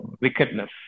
wickedness